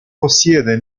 possiede